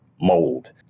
mold